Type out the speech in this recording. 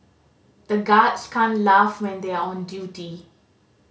the guards can't laugh when they are on duty